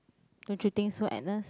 don't you think so Agnes